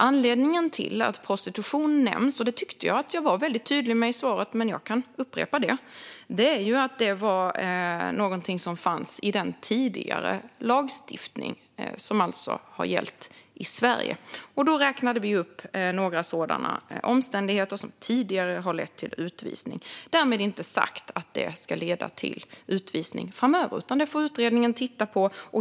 Anledningen till att prostitution nämns - och det tyckte jag att jag var väldigt tydlig med i svaret, men jag kan upprepa det - är att det fanns med i den lagstiftning som alltså tidigare gällde i Sverige. Vi räknade upp några omständigheter som tidigare lett till utvisning. Därmed inte sagt att det ska leda till utvisning framöver. Det får utredningen titta på.